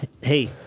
hey